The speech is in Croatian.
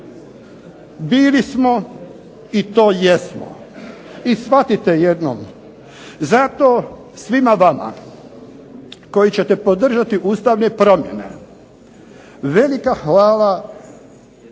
Bili smo i to jesmo. I shvatite jednom. Zato svima vama koji ćete podržati ustavne promjene velika hvala